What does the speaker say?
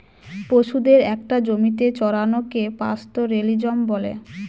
পশুদের একটা জমিতে চড়ানোকে পাস্তোরেলিজম বলা হয়